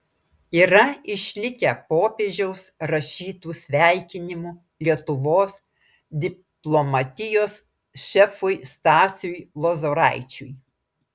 yra išlikę popiežiaus rašytų sveikinimų lietuvos diplomatijos šefui stasiui lozoraičiui